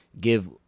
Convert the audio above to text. give